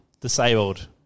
disabled